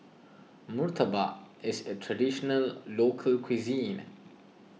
Murtabak is a Traditional Local Cuisine